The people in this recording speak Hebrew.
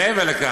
מעבר לכך,